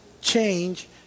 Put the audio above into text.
change